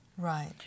Right